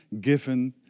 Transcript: given